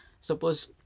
suppose